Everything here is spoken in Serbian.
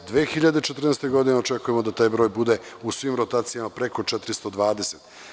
U 2014. godini očekujemo da taj broj bude u svim rotacijama preko 420.